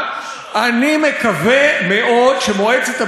אני מקווה מאוד שמועצת הביטחון באותה